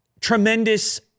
Tremendous